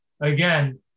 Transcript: again